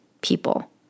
people